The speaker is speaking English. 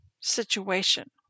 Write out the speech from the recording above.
situation